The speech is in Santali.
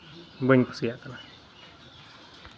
ᱵᱟᱹᱧ ᱠᱩᱥᱤᱭᱟᱜ ᱠᱟᱱᱟ